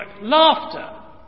Laughter